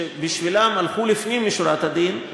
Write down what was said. שבשבילן הלכו לפנים משורת הדין,